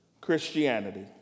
Christianity